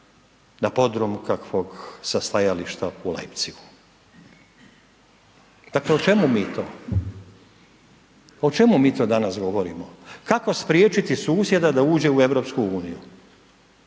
se/,… kakvog sa stajališta u Leipzigu. Dakle, o čemu mi to, o čemu mi to danas govorimo? Kako spriječiti susjeda da uđe Europsku uniju?